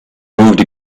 moved